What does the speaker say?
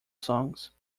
songs